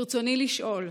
רצוני לשאול: